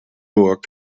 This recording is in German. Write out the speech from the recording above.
nur